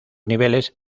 niveles